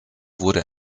wurde